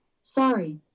Sorry